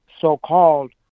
so-called